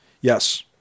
yes